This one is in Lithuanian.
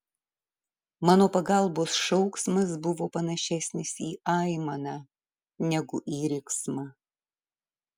mano pagalbos šauksmas buvo panašesnis į aimaną negu į riksmą